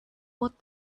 what